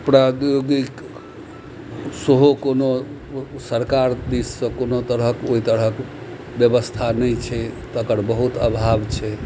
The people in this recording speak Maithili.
प्रद्योगिक सेहो कोनो सरकार दिससँ कोनो तरहक ओहि तरहक व्यवस्था नहि छै तकर बहुत अभाव छै